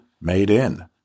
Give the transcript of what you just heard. made-in